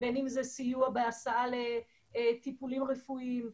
בין אם זה סיוע בהסעה לטיפולים רפואיים,